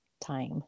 time